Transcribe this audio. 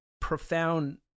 profound